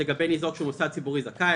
" לגבי ניזוק שהוא מוסד ציבורי זכאי,